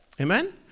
Amen